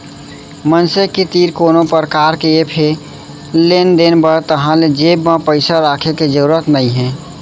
मनसे के तीर कोनो परकार के ऐप हे लेन देन बर ताहाँले जेब म पइसा राखे के जरूरत नइ हे